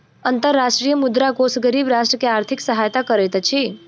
अंतर्राष्ट्रीय मुद्रा कोष गरीब राष्ट्र के आर्थिक सहायता करैत अछि